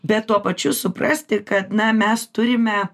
bet tuo pačiu suprasti kad na mes turime